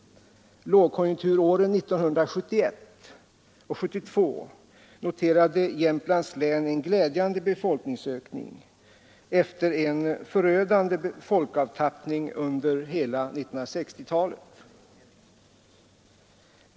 Lågkonjunkturåren 1971 och 1972 noterade Jämtlands län en glädjande befolkningsökning efter en förödande folkavtappning under hela 1960-talet.